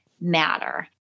matter